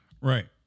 Right